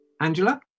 Angela